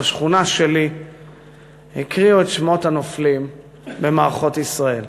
בשכונה שלי הקריאו את שמות הנופלים במערכות ישראל.